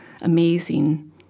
amazing